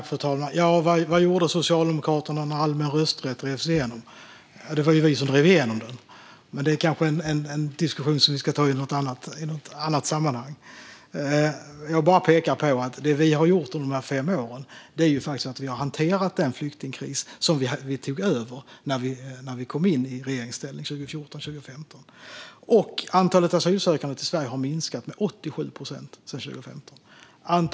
Fru talman! Vad gjorde Socialdemokraterna när den allmänna rösträtten drevs igenom? Ja, det var ju vi som drev igenom den. Men det kanske är en diskussion som vi ska ta i något annat sammanhang. Jag bara pekar på att det som vi har gjort under de här fem åren är att vi har hanterat den flyktingkris som vi tog över när vi kom i regeringsställning 2014-2015. Antalet asylsökande har minskat med 87 procent sedan 2015 i Sverige.